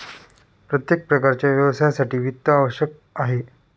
प्रत्येक प्रकारच्या व्यवसायासाठी वित्त आवश्यक आहे